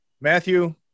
Matthew